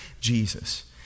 Jesus